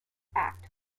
act